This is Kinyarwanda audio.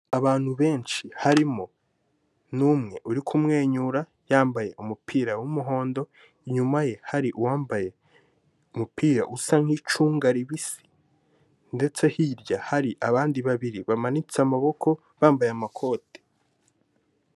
Abantu benshi harimo n'umwe uri kumwenyura, yambaye umupira w'umuhondo inyuma ye hari uwambaye umupira usa nk'icunga ribisi, ndetse hirya hari abandi babiri bamanitse amaboko bambaye amakoti.